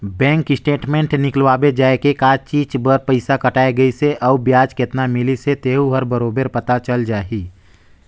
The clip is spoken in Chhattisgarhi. बेंक स्टेटमेंट निकलवाबे जाये के का चीच बर पइसा कटाय गइसे अउ बियाज केतना मिलिस हे तेहू हर बरोबर पता चल जाही